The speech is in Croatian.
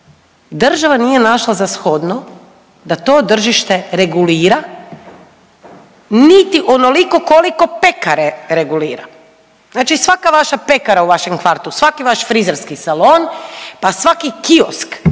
država nije našla za shodno da to tržište regulira, niti onoliko koliko pekare regulira, znači svaka vaša pekara u vašem kvarta, svaki vaš frizerski salon, pa svaki kiosk